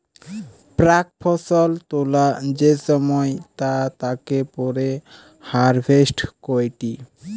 প্রাক ফসল তোলা যে সময় তা তাকে পরে হারভেস্ট কইটি